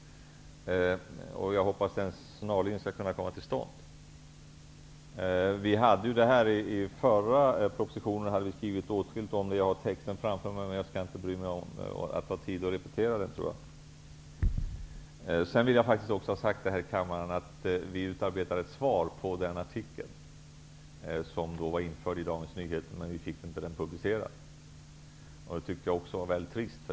Jag hoppas att den snarast kan komma till stånd. I förra propositionen skrev vi åtskilligt om detta. Jag har texten framför mig, men jag jag tror inte att jag skall ta tid i anspråk för att repetera vad som där sägs. Vidare vill jag faktiskt ha sagt här i kammaren att vi har utarbetat ett svar på den artikel som varit införd i Dagens Nyheter, men svaret publicerades inte. Det tycker jag är väldigt trist.